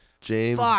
James